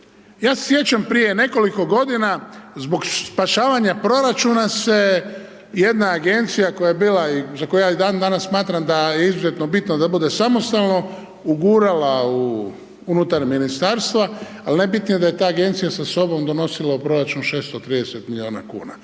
ja se sjećam prije nekoliko godina, zbog spašavanja proračuna se jedna agencija koja je bila i za koju ja dandanas smatra da je izuzetno bitna da bude samostalno, ugurala unutar ministarstva ali najbitnije je da je ta agencija sa sobom donosila u proračun 630 milijuna kn.